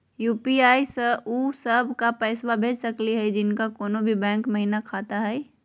UPI स उ सब क पैसा भेज सकली हई जिनका कोनो भी बैंको महिना खाता हई?